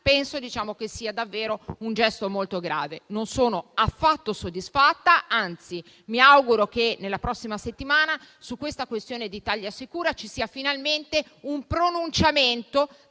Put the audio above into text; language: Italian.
Penso che sia davvero un gesto molto grave. Non sono affatto soddisfatta. Mi auguro che la prossima settimana sulla questione di ItaliaSicura vi sia un pronunciamento